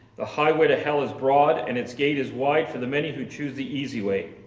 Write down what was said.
the highway to hell is broad and its gate is wide for the many who choose the easy way.